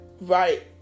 right